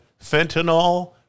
fentanyl